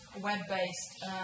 web-based